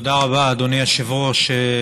תודה רבה, אדוני היושב-ראש.